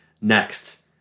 Next